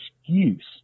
excuse